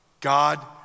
God